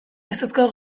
ezezko